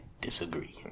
disagree